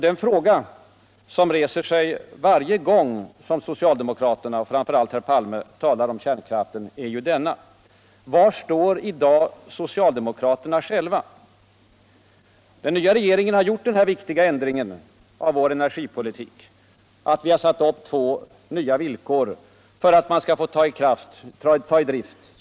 Den fråga som reser sig varje gång som soctaldemokraterna och framför allt herr Palme talar om kärnkraften är denna: Var står i dag soctaldemokraterna själva? Den nya regeringen har gjort den viktiga ändringen av energipolitiken att vi salt upp två nya villkor för att kärnenerglaggregat skall få 1as i drift.